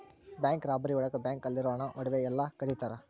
bank robbery ಒಳಗ bank ಅಲ್ಲಿರೋ ಹಣ ಒಡವೆ ಎಲ್ಲ ಕದಿತರ